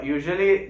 Usually